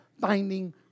finding